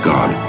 God